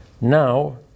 Now